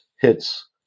hits